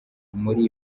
muri